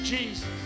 Jesus